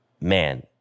man